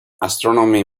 astronomy